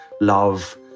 love